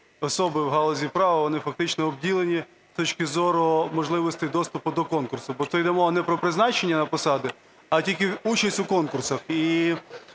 особи в галузі права, вони фактично обділені з точки зору можливостей доступу до конкуру, бо це іде мова не про призначення на посади, а тільки участь у конкурсах.